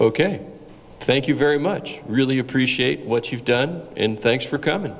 ok thank you very much really appreciate what you've done and thanks for coming